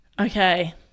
okay